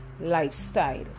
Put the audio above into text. lifestyle